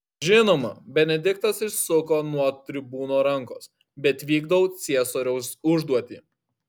žinoma benediktas išsisuko nuo tribūno rankos bet vykdau ciesoriaus užduotį